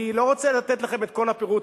אני לא רוצה לתת לכם את כל הפירוט,